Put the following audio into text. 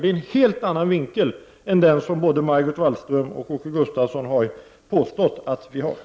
Det är en helt annan vinkel än den som både Margot Wallström och Åke Gustavsson påstod att vi hade.